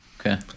Okay